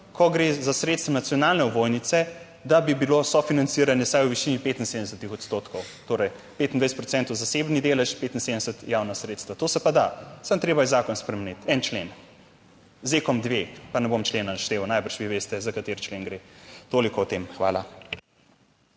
ko gre za sredstva nacionalne ovojnice, da bi bilo sofinanciranje vsaj v višini 75 odstotkov, torej 25 procentov zasebni delež, 75 javna sredstva. To se pa da, samo treba je zakon spremeniti. En člen ZEKom-2. Pa ne bom člena naštel, najbrž vi veste, za kateri člen gre. Toliko o tem. Hvala.